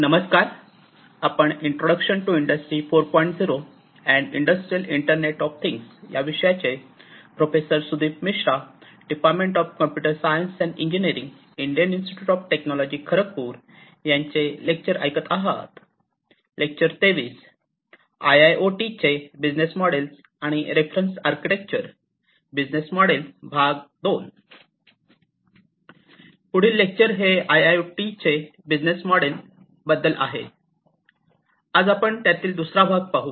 पुढील लेक्चर हे IIoT business models बद्दल आहे आज आपण त्यातील दुसरा भाग पाहू